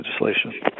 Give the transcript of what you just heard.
legislation